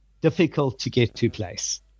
difficult-to-get-to-place